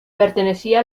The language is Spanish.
pertenecía